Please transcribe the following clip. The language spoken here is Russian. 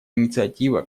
инициатива